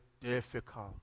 difficult